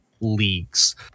leagues